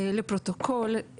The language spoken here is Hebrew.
לפרוטוקול,